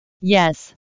Yes